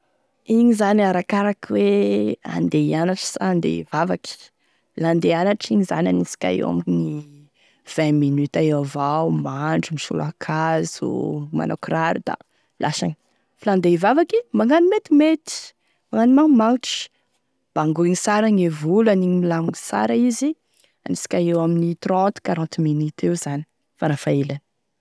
Igny zany arakaraky hoe handeha hianatry sa handeha hiavavaky, la handeha hianatry iny zany hanisika eo amin'ny vingt minutes eo avao mandro, misolo ankazo, manao kiraro da lasagne, fa laha handeha hivavaky da magnano metimety, magnano magnimagnitry, bangoigny sara gne volo anigny milamigny sara izy, anisika ame trente quarante minutes eo zany farafahelany.